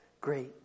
great